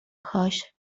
کاش